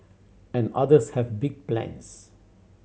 and others have big plans